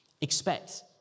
Expect